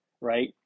right